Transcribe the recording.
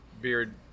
beard